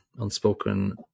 unspoken